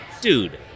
dude